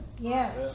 Yes